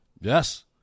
Yes